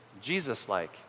Jesus-like